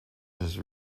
his